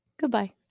Goodbye